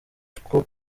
two